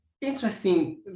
interesting